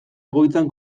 egoitzan